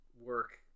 work